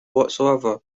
whatsoever